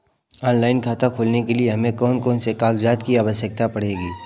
Online खाता खोलने के लिए हमें कौन कौन से कागजात की आवश्यकता पड़ेगी?